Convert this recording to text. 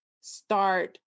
start